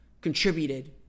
contributed